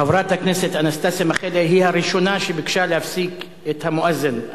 חברת הכנסת אנסטסיה מיכאלי היא הראשונה שביקשה להפסיק את המואזין.